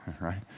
right